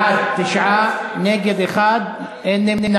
ההצעה להעביר את הנושא לוועדה שתקבע ועדת הכנסת נתקבלה.